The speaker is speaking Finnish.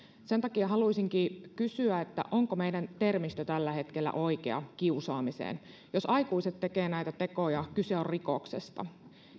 sen takia haluaisinkin kysyä onko meidän termistömme tällä hetkellä oikea kiusaamiseen jos aikuiset tekevät näitä tekoja kyse on rikoksesta